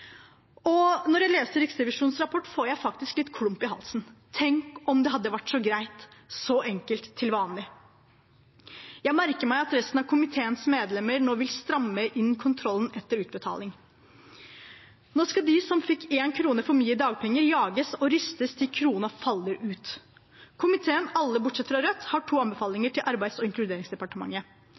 Når jeg leser Riksrevisjonens rapport, får jeg faktisk litt klump i halsen. Tenk om det hadde vært så greit og så enkelt til vanlig! Jeg merker meg at resten av komiteens medlemmer nå vil stramme inn kontrollen etter utbetaling. Nå skal de som fikk én krone for mye i dagpenger, jages og ristes til krona faller ut. Komiteen – alle bortsett fra Rødt – har to anbefalinger til Arbeids- og inkluderingsdepartementet: